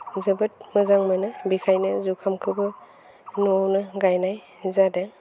जोबोद मोजां मोनो बेखायनो जुखामखोबो न'आवनो गायनाय जादों